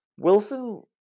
Wilson